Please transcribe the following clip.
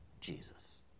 Jesus